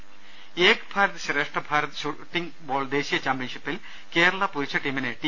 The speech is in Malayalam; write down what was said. ്്്്്് ഏക് ഭാരത് ശ്രേഷ്ഠ ഭാരത് ഷൂട്ടിംഗ് ബോൾ ദേശീയ ചാമ്പ്യൻഷി പ്പിൽ കേരള പുരുഷ ടീമിനെ ടി